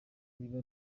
reba